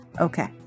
Okay